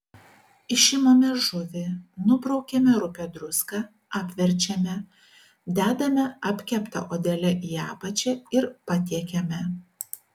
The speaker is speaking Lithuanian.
išimame žuvį nubraukiame rupią druską apverčiame dedame apkepta odele į apačią ir patiekiame